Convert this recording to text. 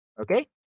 Okay